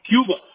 Cuba